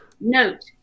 Note